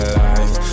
life